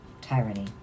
tyranny